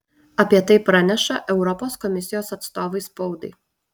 apie tai praneša europos komisijos atstovai spaudai